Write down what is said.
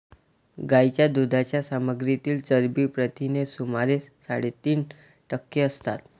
गायीच्या दुधाच्या सामग्रीतील चरबी प्रथिने सुमारे साडेतीन टक्के असतात